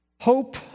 Hope